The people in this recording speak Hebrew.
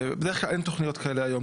בדרך כלל אין תוכניות כאלה היום,